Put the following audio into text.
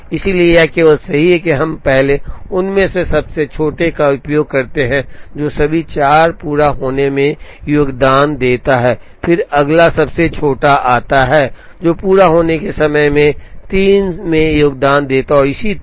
इसलिए यह केवल सही है कि हम पहले उनमें से सबसे छोटे का उपयोग करते हैं जो सभी 4 पूरा होने में योगदान देता है फिर अगला सबसे छोटा आता है जो पूरा होने के समय में से 3 में योगदान देता है और इसी तरह